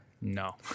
no